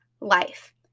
life